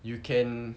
you can